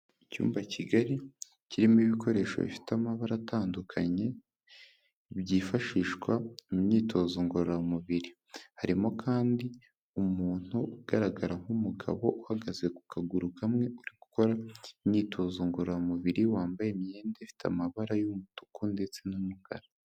Icyumba kigari kirimo ibikoresho bifite amabara atandukanye, byifashishwa mu imyitozo ngororamubiri, harimo kandi umuntu ugaragara nk'umugabo uhagaze ku kaguru kamwe, uri gukora imyitozo ngororamubiri, wambaye imyenda ifite amabara y'umutuku ndetse n'umukara.